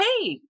hey